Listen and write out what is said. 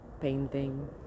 Painting